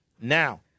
Now